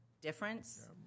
difference